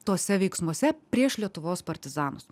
tuose veiksmuose prieš lietuvos partizanus